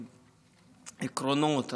עקרונות,